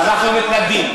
אנחנו מתנגדים.